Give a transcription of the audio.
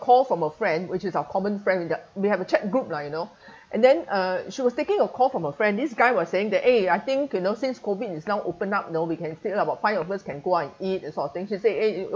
call from a friend which is our common friend we have we have a chat group lah you know and then uh she was taking a call from a friend this guy was saying that eh I think you know since COVID is now open up know we can sit lah about five of us can go out and eat that sort of thing she say eh